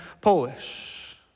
Polish